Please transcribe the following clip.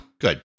good